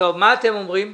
מה אתם אומרים,